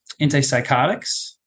antipsychotics